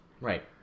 Right